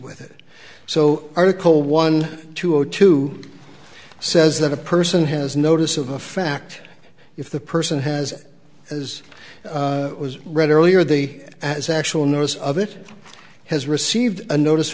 with it so article one two zero two says that a person has notice of a fact if the person has as it was read earlier the as actual notice of it has received a notice